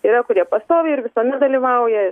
yra kurie pastoviai ir visuomet dalyvauja